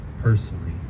personally